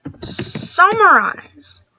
summarize